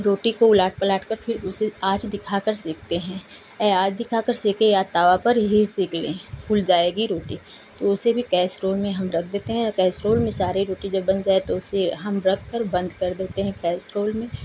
रोटी को उलट पलट के फिर उसे आँच दिखा कर सेंकते हैं ये आँच दिखा कर सेंके या तवा पर भी सेंक ले फुल जाएगी रोटी तो इसे भी कैसरोल में हम रख देते हैं कैसरोल में सारे रोटी जब बन जाये उसे हम रख कर बंद कर देते हैं कैसरोल में